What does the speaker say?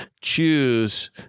choose –